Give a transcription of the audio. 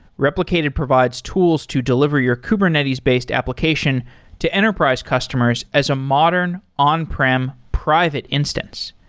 replicated provides tools to deliver your kubernetes-based application to enterprise customers as a modern on prem private instance.